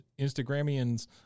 instagramians